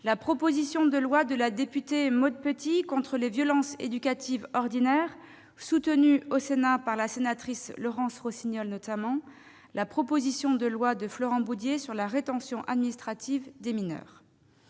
la proposition de loi de la députée Maud Petit contre les violences éducatives ordinaires, soutenue au Sénat notamment par Laurence Rossignol, ou la proposition de loi de Florent Boudié sur la rétention administrative des mineurs.